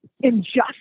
injustice